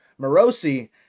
Morosi